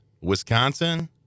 Wisconsin